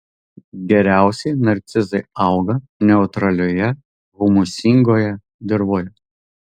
geriausiai narcizai auga neutralioje humusingoje dirvoje